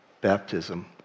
baptism